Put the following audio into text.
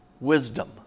Wisdom